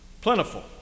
plentiful